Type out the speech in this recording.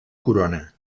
corona